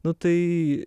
nu tai